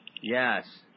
Yes